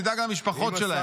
תדאג למשפחות שלהם.